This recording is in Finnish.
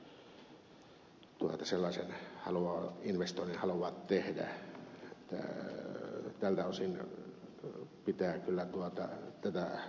tältä osin pitää kyllä tätä lakiesitystä pohtia tarkalla sihdillä